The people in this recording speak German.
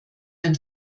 ein